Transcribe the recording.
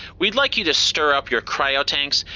we'd like you to stir up your cryo tanks.